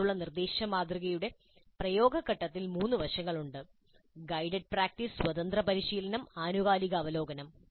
നേരിട്ടുള്ള നിർദ്ദേശമാതൃകയുടെ പ്രയോഗഘട്ടത്തിൽ മൂന്ന് വശങ്ങളുണ്ട് ഗൈഡഡ് പ്രാക്ടീസ് സ്വതന്ത്ര പരിശീലനം ആനുകാലിക അവലോകനം